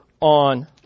on